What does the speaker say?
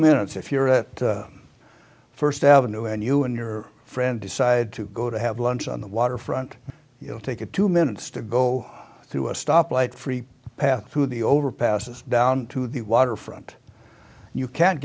minutes if you're a first avenue and you and your friend decide to go to have lunch on the waterfront take a two minutes to go through a stoplight free path through the overpasses down to the waterfront you can't